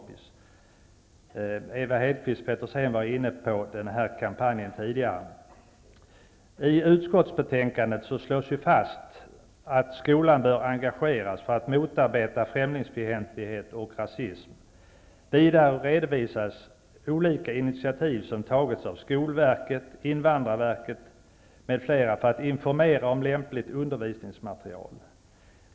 Petersen var inne på den här kampanjen tidigare. I utskottsbetänkandet slås fast att skolan bör engageras för att motarbeta främlingsfientlighet och rasism. Vidare redovisas olika initiativ som tagits av skolverket, invandrarverket m.fl. för att informera om lämpligt undervisningsmaterial.